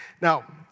Now